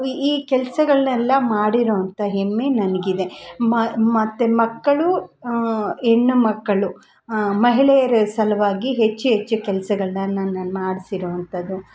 ಈ ಕೆಲಸಗಳ್ನೆಲ್ಲ ಮಾಡಿರೋಂಥ ಹೆಮ್ಮೆ ನನಗಿದೆ ಮತ್ತೆ ಮಕ್ಕಳು ಹೆಣ್ಣು ಮಕ್ಕಳು ಮಹಿಳೆಯರ ಸಲುವಾಗಿ ಹೆಚ್ಚು ಹೆಚ್ಚು ಕೆಲಸಗಳನ್ನು ನಾನು ಮಾಡಿಸಿರುವಂಥದ್ದು